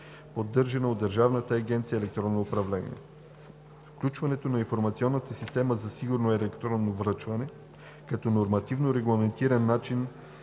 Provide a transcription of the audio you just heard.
поддържана от Държавна агенция „Електронно управление“. Включването на Информационната система за сигурно електронно връчване като нормативно регламентиран начин